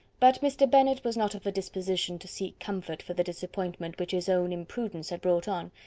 but mr. bennet was not of a disposition to seek comfort for the disappointment which his own imprudence had brought on,